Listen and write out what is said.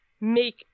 make